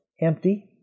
empty